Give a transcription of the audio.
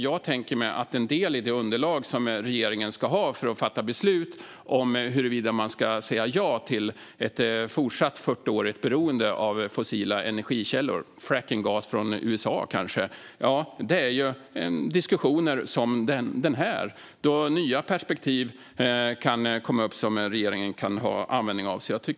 Jag tänker mig att en del av det underlag som regeringen ska ha för att fatta beslut om huruvida man ska säga ja till ett fortsatt 40årigt beroende av fossila energikällor - frackningsgas från USA kanske - är diskussioner som denna, då nya perspektiv som regeringen kan ha användning av kan komma upp.